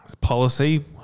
policy